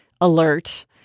alert